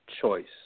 choice